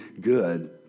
good